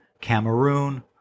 Cameroon